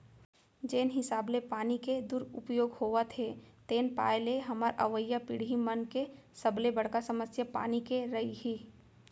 जेन हिसाब ले पानी के दुरउपयोग होवत हे तेन पाय ले हमर अवईया पीड़ही मन के सबले बड़का समस्या पानी के रइही